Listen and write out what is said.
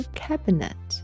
cabinet